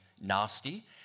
nasty